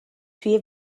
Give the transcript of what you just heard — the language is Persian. توی